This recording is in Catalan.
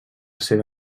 seva